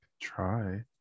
Try